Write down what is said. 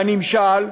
והנמשל,